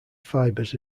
fibres